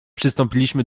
przystąpiliśmy